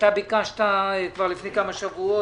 אתה ביקשת את הדיון כבר לפני כמה שבועות.